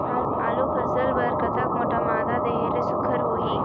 आलू फसल बर कतक मोटा मादा देहे ले सुघ्घर होही?